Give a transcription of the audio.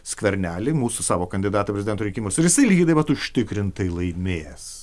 skvernelį mūsų savo kandidato prezidento rinkimuose ir jisai lygiai taip pat užtikrintai laimės